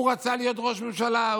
הוא רצה להיות ראש ממשלה.